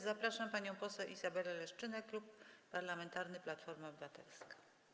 Zapraszam panią poseł Izabelę Leszczynę, Klub Parlamentarny Platforma Obywatelska.